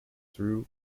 through